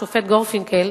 השופט גורפינקל,